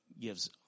gives